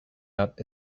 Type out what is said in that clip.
out